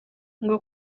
ngo